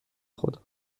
خدا